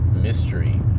mystery